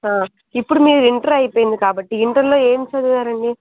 ఇప్పుడు మీది ఇంటర్ అయిపోయింది కాబట్టి ఇంటర్లో ఏం చదివారండి